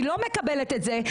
אני לא מקבלת את זה.